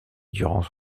durant